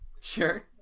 Sure